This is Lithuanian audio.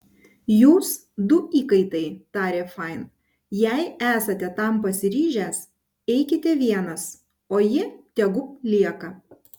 jūs du įkaitai tarė fain jei esate tam pasiryžęs eikite vienas o ji tegu lieka